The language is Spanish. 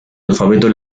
alfabeto